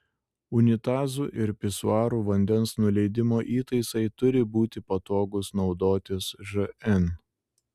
unitazų ir pisuarų vandens nuleidimo įtaisai turi būti patogūs naudotis žn